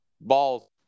balls